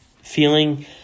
feeling